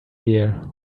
here